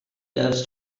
loves